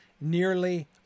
Nearly